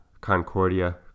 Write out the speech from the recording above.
Concordia